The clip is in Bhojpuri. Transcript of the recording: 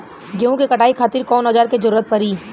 गेहूं के कटाई खातिर कौन औजार के जरूरत परी?